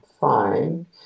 Fine